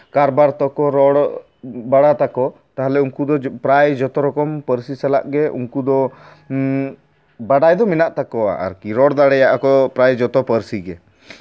ᱠᱟᱨᱵᱟᱨ ᱛᱟᱠᱚ ᱨᱚᱲ ᱵᱟᱲᱟ ᱛᱟᱠᱚ ᱛᱟᱦᱞᱮ ᱩᱱᱠᱩ ᱫᱚ ᱯᱨᱟᱭ ᱡᱚᱛᱚ ᱨᱚᱠᱚᱢ ᱯᱟᱹᱨᱥᱤ ᱥᱟᱞᱟᱜ ᱜᱮ ᱩᱱᱠᱩ ᱫᱚ ᱵᱟᱰᱟᱭ ᱫᱚ ᱢᱮᱱᱟᱜ ᱛᱟᱠᱚᱣᱟ ᱟᱨᱠᱤ ᱨᱚᱲ ᱫᱟᱲᱮᱭᱟᱜ ᱟᱠᱚ ᱯᱨᱟᱭ ᱡᱚᱛᱚ ᱯᱟᱹᱨᱥᱤ ᱜᱮ